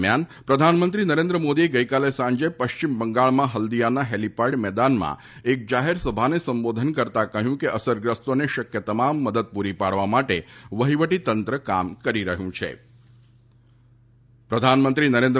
દરમિયાન પ્રધાનમંત્રી નરેન્દ્ર મોદીએ ગઈકાલે સાંજે પશ્ચિમ બંગાળમાં હલ્દિયાના હેલીપેડ મેદાનમાં એક જાહેર સભાને સંબોધન કરતાં કહ્યું કે અસરગ્રસ્તોને શક્ય તમામ મદદ પૂરી પાડવા માટે વહીવટીતંત્ર કામ કરી રહ્યું છે અને તેઓ કેન્દ્રિય ગૃહમંત્રી રાજ્યના મુખ્યમંત્રી અને એન